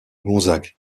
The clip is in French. gonzague